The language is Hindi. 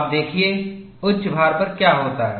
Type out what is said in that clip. आप देखिए उच्च भार पर क्या होता है